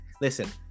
listen